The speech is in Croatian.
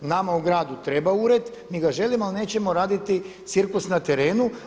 Nama u gradu treba ured, mi ga želimo ali nećemo raditi cirkus na terenu.